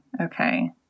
Okay